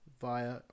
via